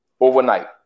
overnight